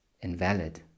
invalid